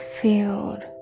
field